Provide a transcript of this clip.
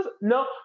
no